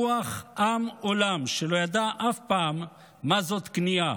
רוח עם עולם, שלא ידעה אף פעם מה זאת כניעה.